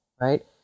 right